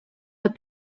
but